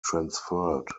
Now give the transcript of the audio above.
transferred